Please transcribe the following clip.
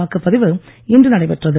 வாக்குப்பதிவு இன்று நடைபெற்றது